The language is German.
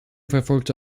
verfolgte